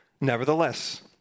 Nevertheless